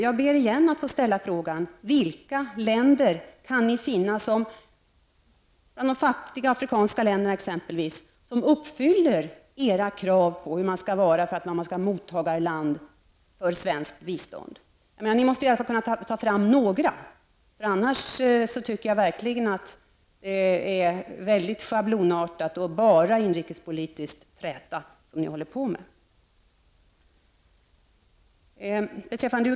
Jag ber än en gång att få ställa frågan: Vilka länder bland de fattiga afrikanska länderna kan ni finna som uppfyller era krav på mottagarland för svenskt bistånd? Ni måste i alla fall kunna ta fram några. I annat fall tycker jag att det ni håller på med är mycket schablonartat och bara en inrikespolitisk träta.